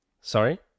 Sorry